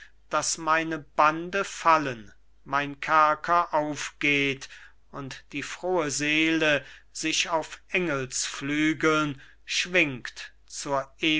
daß meine bande fallen mein kerker aufgeht und die frohe seele sich auf engelsflügeln schwingt zu